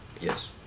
Yes